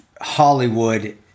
Hollywood